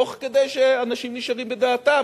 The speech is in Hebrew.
תוך כדי שאנשים נשארים בדעתם.